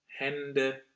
Hände